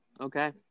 Okay